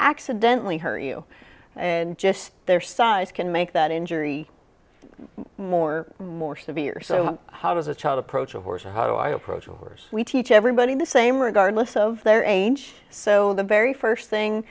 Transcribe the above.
accidentally hurt you and just their size can make that injury more more severe so how does a child approach a horse and how do i approach a horse we teach everybody the same regardless of their age so the very first thing